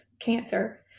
cancer